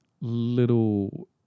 little